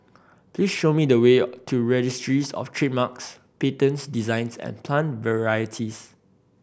please show me the way to Registries Of Trademarks Patents Designs and Plant Varieties